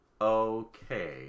okay